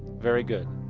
very good.